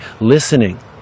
listening